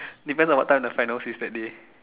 depends on what time the final says that day